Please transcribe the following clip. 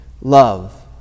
Love